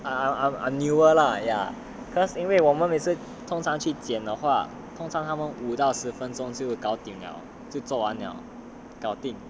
I'm I'm I'm newer lah ya cause 因为我们每次剪通常去剪的话通常他们五到十分钟就搞定了就做完了